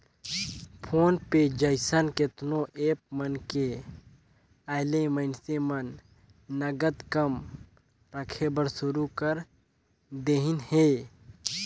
phone पे जइसन केतनो ऐप मन के आयले मइनसे मन नगद कम रखे बर सुरू कर देहिन हे